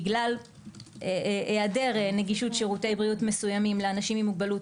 בגלל היעדר נגישות שירותי בריאות מסוימים לאנשים עם מוגבלות,